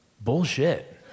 Bullshit